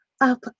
Up